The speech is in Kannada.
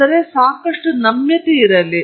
ಆದ್ದರಿಂದ ಸಾಕಷ್ಟು ನಮ್ಯತೆಯಿದೆ